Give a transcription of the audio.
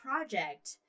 project